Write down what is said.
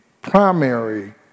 primary